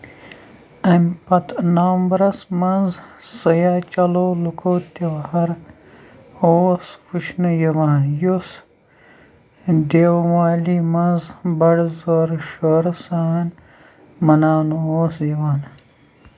امہِ پتہٕ نومبرس منٛز سیاح چلو لوکو تہوار اوس وُچھنہٕ یِوان یُس دیومالی منٛز بڑٕ زورٕ شورٕ سان مناونہٕ اوس یِوان